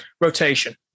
rotation